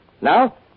Now